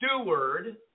steward